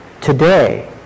Today